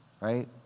right